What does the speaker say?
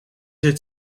het